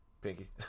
Pinky